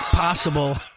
possible